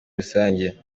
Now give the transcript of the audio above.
rusange